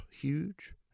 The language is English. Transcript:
huge